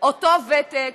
אותו ותק,